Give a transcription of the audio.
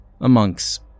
Amongst